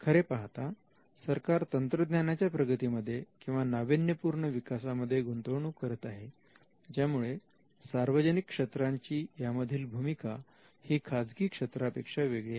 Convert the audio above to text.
खरे पाहता सरकार तंत्रज्ञानाच्या प्रगतीमध्ये किंवा नाविन्यपूर्ण विकासामध्ये गुंतवणूक करीत आहे त्यामुळे सार्वजनिक क्षेत्रांची यामधील भूमिका ही खाजगी क्षेत्र पेक्षा वेगळे आहे